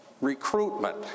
recruitment